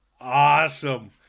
awesome